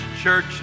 church